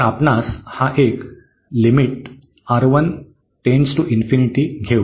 तर आपण हा एक घेऊ